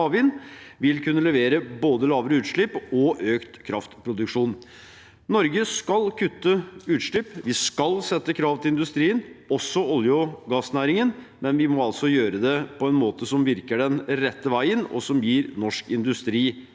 havvind, vil kunne levere både lavere utslipp og økt kraftproduksjon. Norge skal kutte utslipp. Vi skal sette krav til industrien, også olje- og gassnæringen, men vi må gjøre det på en måte som virker den rette veien, og som gir norsk industri